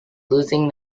losing